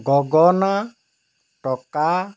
গগনা তকা